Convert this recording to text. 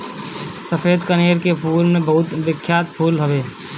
सफ़ेद कनेर के फूल बहुते बिख्यात फूल हवे